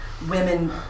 women